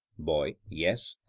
boy yes.